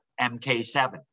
MK7